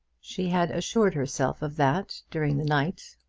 she had assured herself of that during the night.